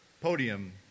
podium